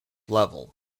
level